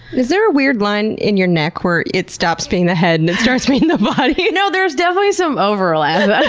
is there a weird line in your neck where it stops being the head and it starts being the body? no, there's definitely some overlap.